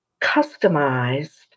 customized